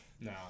No